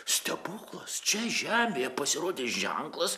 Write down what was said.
stebuklas čia žemėje pasirodė ženklas